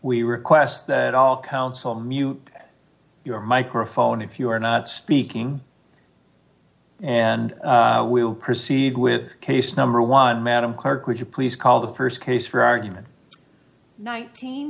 we request that all counsel mute your microphone if you are not speaking and we will proceed with case number one madam clerk would you please call the st case for argument nineteen